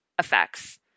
effects